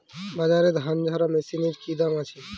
বাজারে ধান ঝারা মেশিনের কি দাম আছে?